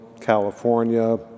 California